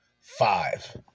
five